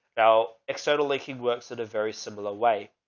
now externally, he works at a very similar way.